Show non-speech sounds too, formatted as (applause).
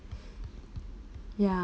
(breath) ya~